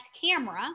camera